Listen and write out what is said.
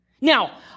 Now